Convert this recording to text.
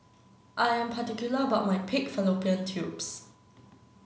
I am particular about my pig fallopian tubes